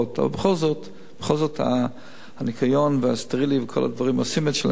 אבל בכל זאת הניקיון והסטריליות וכל הדברים עושים את שלהם,